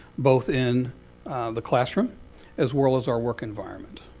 both in the classroom as well as our work environment.